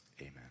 amen